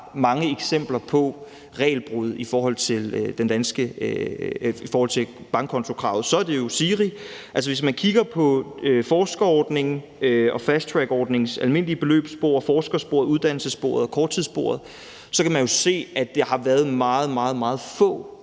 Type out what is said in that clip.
mange eksempler på regelbrud i forhold til bankkontokravet, så er svaret jo SIRI. Altså, hvis man kigger på forskerordningen og fasttrackordningens almindelige beløbsspor, forskersporet, uddannelsessporet og korttidssporet, kan man jo se, at der har været meget, meget få